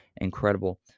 incredible